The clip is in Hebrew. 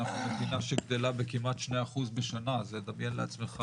מדינה שגדלה כמעט ב 2% לשנה דמיין לעצמך